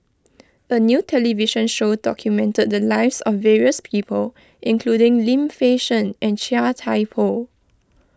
a new television show documented the lives of various people including Lim Fei Shen and Chia Thye Poh